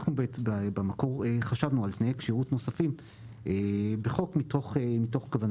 אנחנו חשבנו על תנאי כשירות נוספים בחוק מתוך כוונה